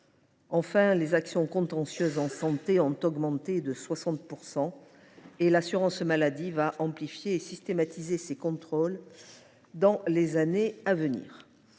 Enfin, les actions contentieuses en santé ont augmenté de 60 %, et l’assurance maladie va amplifier et systématiser ses contrôles dans les années à venir.